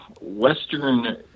Western